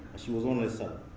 she was only seven.